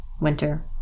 winter